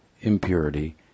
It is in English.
impurity